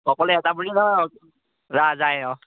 অকলে এটা বুলি নহয় লা যায় অঁ